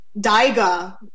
Daiga